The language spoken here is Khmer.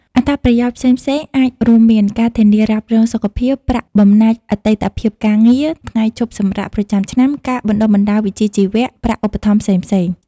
អត្ថប្រយោជន៍ផ្សេងៗអាចរួមមាន ការធានារ៉ាប់រងសុខភាព ប្រាក់បំណាច់អតីតភាពការងារ ថ្ងៃឈប់សម្រាកប្រចាំឆ្នាំ ការបណ្ដុះបណ្ដាលវិជ្ជាជីវៈ ប្រាក់ឧបត្ថម្ភផ្សេងៗ។